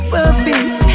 Perfect